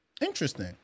interesting